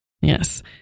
Yes